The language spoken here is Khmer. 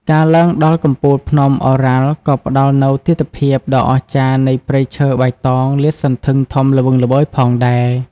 ការឡើងដល់កំពូលភ្នំឱរ៉ាល់ក៏ផ្តល់នូវទិដ្ឋភាពដ៏អស្ចារ្យនៃព្រៃឈើបៃតងលាតសន្ធឹងធំល្វឹងល្វើយផងដែរ។